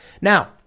Now